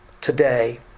Today